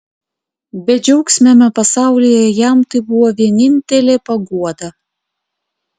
bedžiaugsmiame pasaulyje jam tai buvo vienintelė paguoda